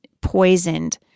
poisoned